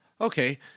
Okay